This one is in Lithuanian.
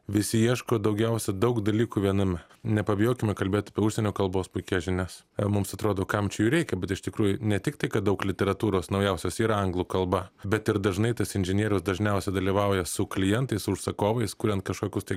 visi ieško daugiausia daug dalykų viename nepabijokime kalbėt užsienio kalbos puikias žinias e mums atrodo kam čia jų reikia bet iš tikrųjų ne tik tai kad daug literatūros naujausios yra anglų kalba bet ir dažnai tas inžinierius dažniausiai dalyvauja su klientais su užsakovais kuriant kažkokius tai